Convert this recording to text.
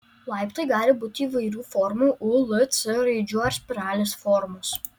laiptai gali būti įvairių formų u l c raidžių ar spiralės formos